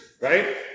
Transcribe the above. Right